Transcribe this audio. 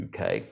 UK